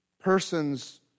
person's